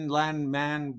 landman